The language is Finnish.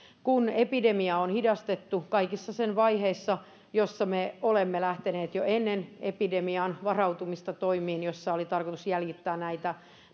epidemiaa on hidastettu kaikissa sen vaiheissa me olemme lähteneet jo ennen epidemiaan varautumista toimiin joilla oli tarkoitus jäljittää näitä